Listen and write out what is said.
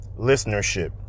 listenership